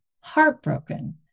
heartbroken